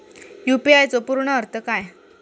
UPI चो पूर्ण अर्थ काय?